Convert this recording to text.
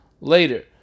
later